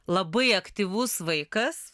labai aktyvus vaikas